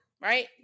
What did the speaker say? right